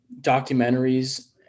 documentaries